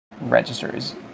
registers